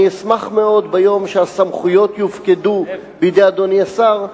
אני אשמח מאוד ביום שהסמכויות יופקדו בידי אדוני השר,